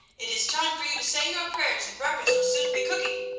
it is time for you to say your prayers, and breakfast will soon be cooking.